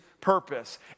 purpose